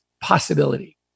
possibility